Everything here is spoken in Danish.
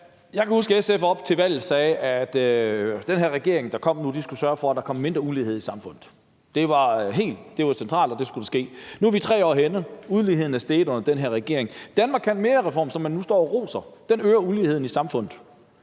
Jeg kan huske, at SF op til valget sagde, at den her regering, der kom nu, skulle sørge for, at der kom mindre ulighed i samfundet. Det var centralt, at det skulle ske. Nu er vi 3 år henne, og uligheden er steget under den her regering. »Danmark kan mere I«-reformen, som man nu står og roser, øger uligheden i samfundet.